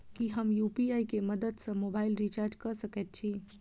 की हम यु.पी.आई केँ मदद सँ मोबाइल रीचार्ज कऽ सकैत छी?